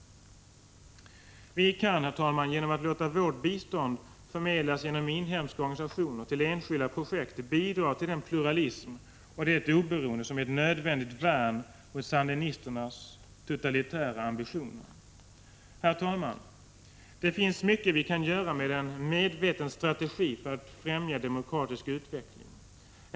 Vi kan genom att låta vårt bistånd förmedlas genom inhemska organisationer och till enskilda projekt bidra till den pluralism och det oberoende som är ett nödvändigt värn mot sandinisternas totalitära ambitioner. Herr talman! Det finns mycket vi kan göra med en medveten strategi för att främja demokratisk utveckling.